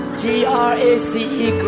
grace